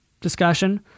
discussion